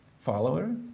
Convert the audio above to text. Follower